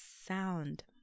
sound